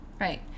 right